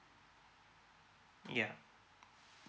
yup